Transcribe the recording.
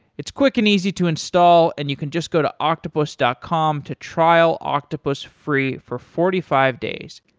it's quick and easy to install and you can just go to octopus dot com to trial octopus free for forty five days.